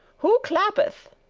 who clappeth?